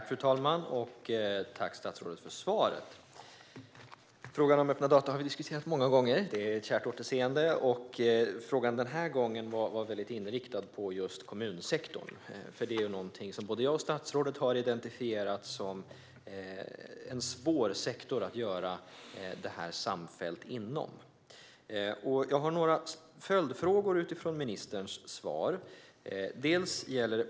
Fru talman! Jag tackar statsrådet för svaret. Frågan om öppna data har vi diskuterat många gånger. Det är ett kärt återseende. Den här gången var frågan inriktad på kommunsektorn, som både jag och statsrådet har identifierat som en svår sektor att göra det här samfällt inom. Jag har några följdfrågor utifrån ministerns svar.